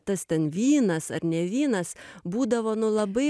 tas ten vynas ar ne vynas būdavo nu labai